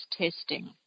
testing